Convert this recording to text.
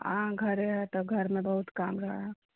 आ घरे है तऽ घरमे बहुत काम रहऽ है